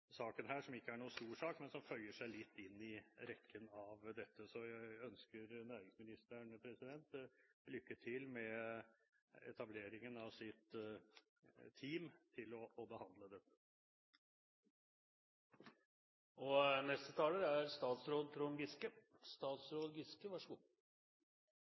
saken som ikke er noen stor sak, men som føyer seg litt inn i rekken av dette. Så jeg ønsker næringsministeren lykke til med etableringen av sitt team for å behandle dette. La meg først få takke komiteen og